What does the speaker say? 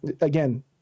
Again